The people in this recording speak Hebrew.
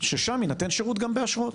ששם יינתן שירות גם באשרות.